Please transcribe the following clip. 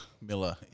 Miller